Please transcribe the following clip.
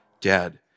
dead